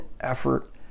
effort